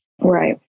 Right